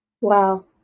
wow